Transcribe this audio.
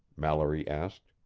mallory asked.